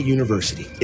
University